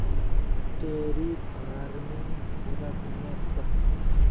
dairy farming पूरा दुनियात क र छेक